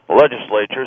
legislatures